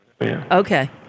Okay